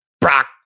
Brock